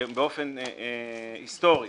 באופן היסטורי,